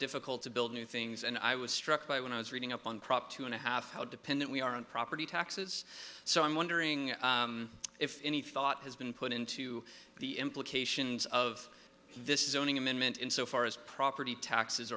difficult to build new things and i was struck by when i was reading up on prop two and a half how dependent we are on property taxes so i'm wondering if any thought has been put into the implications of this is owning amendment in so far as property taxes